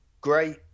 great